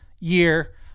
Year